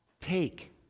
Take